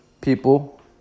people